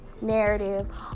narrative